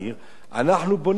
אנחנו בונים חנייה.